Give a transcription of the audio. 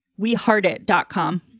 weheartit.com